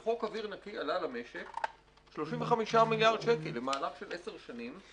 שחוק אוויר נקי עלה למשק 35 מיליארד שקל למהלך של 10 שנים.